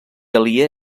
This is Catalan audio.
aliè